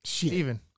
Steven